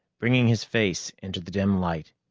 bringing his face into the dim light.